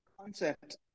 concept